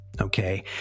Okay